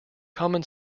common